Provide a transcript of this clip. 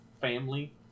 family